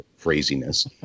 craziness